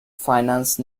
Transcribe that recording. financed